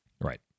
Right